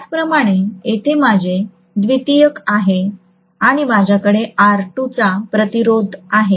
त्याचप्रमाणे येथे माझे द्वितीयक आहे आणि माझ्याकडे R2 चा प्रतिरोध आहे